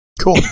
Cool